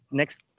next